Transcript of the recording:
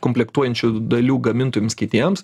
komplektuojančių dalių gamintojams kitiems